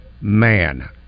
man